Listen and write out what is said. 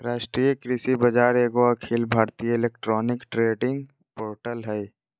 राष्ट्रीय कृषि बाजार एगो अखिल भारतीय इलेक्ट्रॉनिक ट्रेडिंग पोर्टल हइ